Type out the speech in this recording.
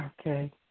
Okay